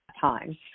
time